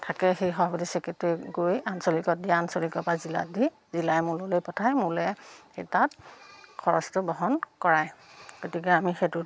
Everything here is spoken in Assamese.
থাকে সেই সভাপতি চেক্ৰেটেৰী গৈ আঞ্চলিকত দিয়ে আঞ্চলিকৰ পৰা জিলাত দি জিলাই মূললৈ পঠায় মোলে সেই তাত খৰচটো বহন কৰায় গতিকে আমি সেইটোত